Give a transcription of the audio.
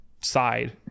side